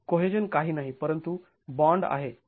cohesion काही नाही परंतु बॉंड आहे